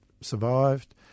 survived